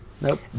Nope